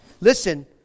listen